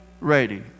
ready